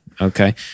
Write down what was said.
okay